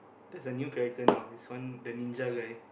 there's a new character now this one the ninja guy